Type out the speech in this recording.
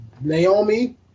Naomi